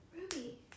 ruby